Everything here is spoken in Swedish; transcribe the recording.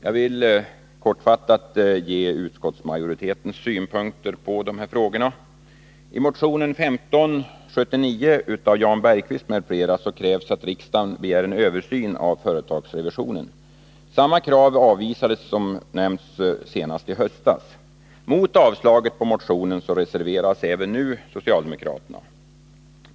Jag vill kortfattat ge utskottsmajoritetens synpunkter på de här frågorna. I motionen 1579 av Jan Bergqvist m.fl. krävs att riksdagen begär en översyn av företagsrevisionen. Samma krav avvisades som nämnts senast i höstas. Mot avstyrkandet av motionen reserverar sig även nu socialdemokraterna.